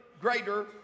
greater